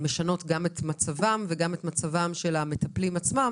משנות גם את מצבם וגם את מצבם של המטפלים עצמם,